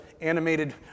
animated